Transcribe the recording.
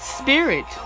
spirit